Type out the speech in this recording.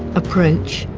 approach,